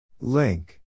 Link